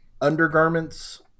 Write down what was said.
undergarments